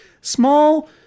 small